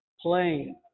playing